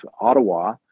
Ottawa